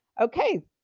Okay